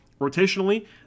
Rotationally